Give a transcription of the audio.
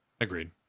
agreed